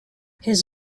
his